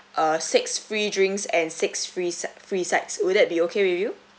uh six free drinks and six free side free sides will that be okay with you